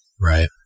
right